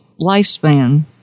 lifespan